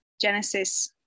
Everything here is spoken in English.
Genesis